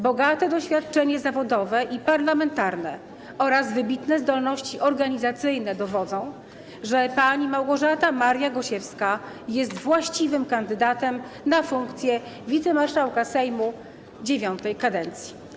Bogate doświadczenie zawodowe i parlamentarne oraz wybitne zdolności organizacyjne dowodzą, że pani Małgorzata Maria Gosiewska jest właściwym kandydatem na funkcję wicemarszałka Sejmu IX kadencji.